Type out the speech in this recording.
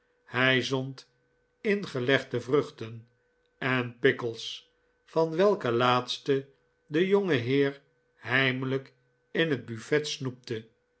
hij zond ingelegde vruchten en pickles van welke laatste de jongeheer heimelijk in het buffet snoepte